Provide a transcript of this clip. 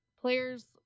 players